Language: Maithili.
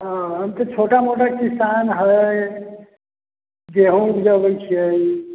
हम तऽ छोटा मोटा किसान है गेंहूँ बोअए छिऐ